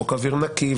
חוק אוויר נקי,